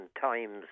times